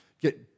get